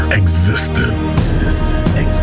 existence